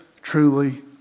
truly